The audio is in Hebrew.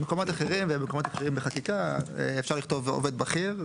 במקומות אחרים ובמקומות אחרים בחקיקה אפשר לכתוב: עובד בכיר.